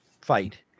fight